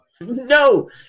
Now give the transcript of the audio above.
No